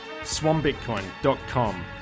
SwanBitcoin.com